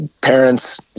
parents